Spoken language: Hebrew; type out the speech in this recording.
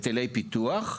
היטלי פיתוח,